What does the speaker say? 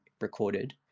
recorded